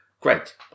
great